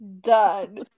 Done